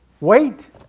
Wait